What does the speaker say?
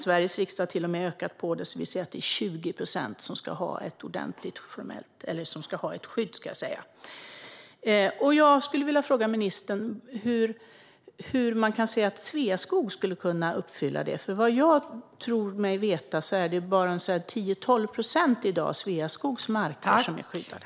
Sveriges riksdag har till och med ökat på till att 20 procent ska ha ett skydd. Hur anser ministern att Sveaskog kan uppfylla det målet? Vad jag tror mig veta är det i dag bara 10-12 procent av Sveaskogs marker som är skyddade.